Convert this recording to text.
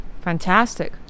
fantastic